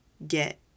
get